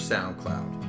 SoundCloud